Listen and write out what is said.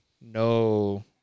no